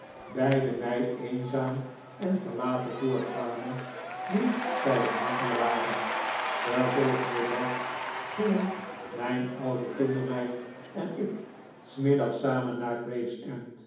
mij eenzaam en verlaten voorkwamen nu zij er niet meer waren den volgenden dag gingen mijn oude kindermekl en ik s middags samen naar